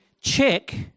check